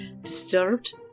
disturbed